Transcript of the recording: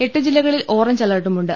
എട്ട് ജില്ലകളിൽ ഓറഞ്ച് അലർട്ടുമുണ്ട്